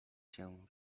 się